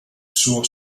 suo